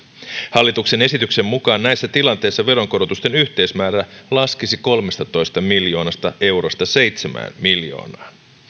hallituksen esityksen mukaan näissä tilanteissa veronkorotusten yhteismäärä laskisi kolmestatoista miljoonasta eurosta seitsemään miljoonaan